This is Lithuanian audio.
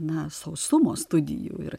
na sausumo studijų ir